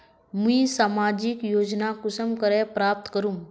मुई सामाजिक योजना कुंसम करे प्राप्त करूम?